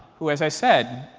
who, as i said,